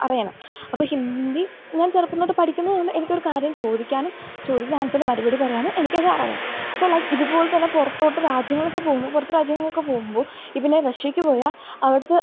അറിയണം അപ്പോൾ ഹിന്ദി ഞാൻ ചെറുപ്പം തൊട്ടു പഠിക്കുന്നതുകൊണ്ട് എനിക്കൊരു കാര്യം ചോദിക്കാനും ചോദിക്കുന്ന ആൻസറിനു മറുപടി പറയാനും എനിക്കത് അറിയാം സോ ലൈക്ക് ഇതുപോലെതന്നെ പുറത്തോട്ട് രാജ്യങ്ങളിലൊക്കെ പോവുമ്പോൾ പുറത്ത് രാജ്യങ്ങളിലൊക്കെ പോവുമ്പോൾ പിന്നെ റഷ്യയ്ക്ക് പോയാൽ അവിടുത്തെ